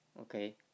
okay